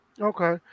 Okay